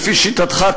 לפי שיטתך,